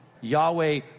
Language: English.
Yahweh